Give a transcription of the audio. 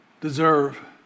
deserve